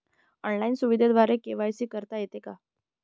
Online सुविधेद्वारे KYC करता येते का?